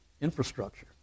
infrastructure